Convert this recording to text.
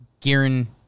Gearing